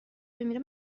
بمیره